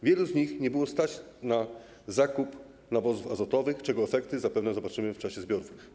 Wielu z nich nie było stać na zakup nawozów azotowych, czego efekty zapewne zobaczymy w czasie zbiorów.